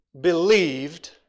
believed